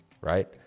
right